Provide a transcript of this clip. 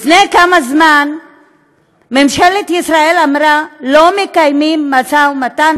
לפני כמה זמן ממשלת ישראל אמרה: לא מקיימים משא ומתן,